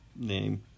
name